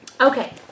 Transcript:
Okay